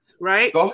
right